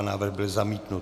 Návrh byl zamítnut.